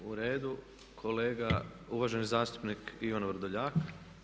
U redu kolega, uvaženi zastupnik Ivan Vrdoljak.